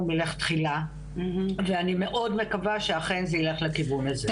מלכתחילה ואני מאוד מקווה שאכן זה ילך לכיוון הזה.